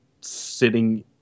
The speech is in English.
sitting